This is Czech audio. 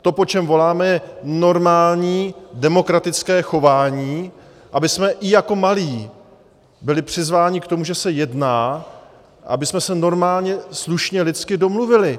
To, po čem voláme, je normální demokratické chování, abychom i jako malí byli přizvání k tomu, že se jedná, a abychom se normálně slušně lidsky domluvili.